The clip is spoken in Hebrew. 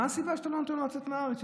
מה הסיבה שאתה לא נותן לו לצאת מהארץ?